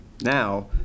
now